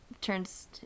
turns